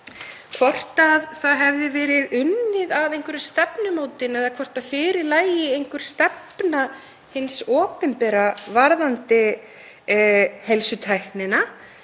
hvort það hefði verið unnið að einhverri stefnumótun eða hvort fyrir lægi einhver stefna hins opinbera varðandi heilsutæknina